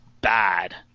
bad